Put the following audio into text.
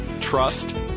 trust